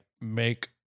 make